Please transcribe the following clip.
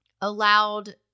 allowed